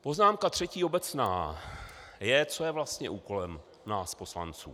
Poznámka třetí obecná je, co je vlastně úkolem nás poslanců.